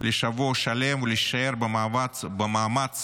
לשבוע שלם ולהישאר, במאמץ